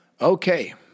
okay